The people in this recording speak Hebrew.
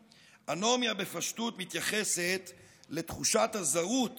אנומיה, אנומיה בפשטות מתייחסת לתחושת הזרות